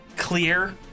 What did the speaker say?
clear